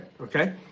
Okay